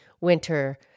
winter